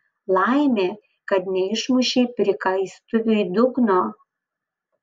laimė kad neišmušei prikaistuviui dugno